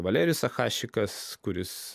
valerijus sachašikas kuris